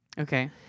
Okay